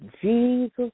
Jesus